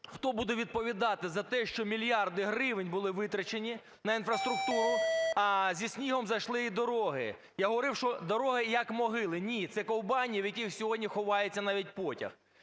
хто буде відповідати за те, що мільярди гривень були витрачені на інфраструктуру, а зі снігом зійшли і дороги. Я говорив, що дороги, як могили. Ні, це ковбані, в яких сьогодні ховається навіть потяг.